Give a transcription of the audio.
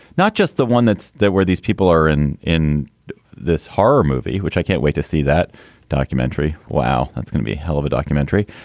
not just the one that's where these people are in in this horror movie, which i can't wait to see that documentary. wow. that's going to be a hell of a documentary.